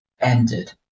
ended